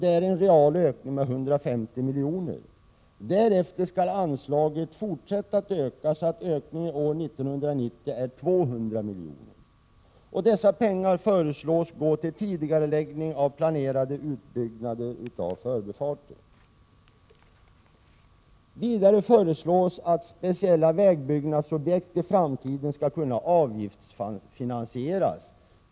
Det är en reell ökning med 150 milj.kr. Därefter skall anslaget fortsätta öka, så att ökningen 1990 är 200 milj.kr. Dessa pengar föreslås gå till tidigareläggning av planerade utbyggnader av förbifarter. Vidare föreslås att speciella vägbyggnadsobjekt i framtiden skall kunna avgiftsfinansieras.